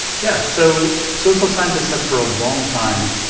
yeah. so social scientists have, for a long time,